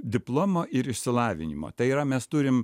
diplomo ir išsilavinimo tai yra mes turim